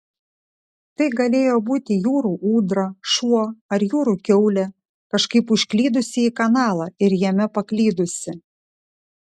tai galėjo būti jūrų ūdra šuo ar jūrų kiaulė kažkaip užklydusi į kanalą ir jame paklydusi